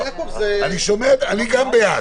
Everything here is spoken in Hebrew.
אני גם בעד,